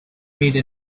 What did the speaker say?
made